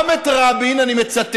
גם את רבין, אני מצטט,